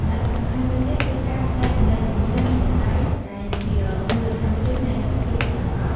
សារៈសំខាន់មួយទៀតគឺការចែករំលែកជំនឿ និងតម្លៃដែលជាមូលដ្ឋានគ្រឹះនៃមិត្តភាពពិតប្រាកដ។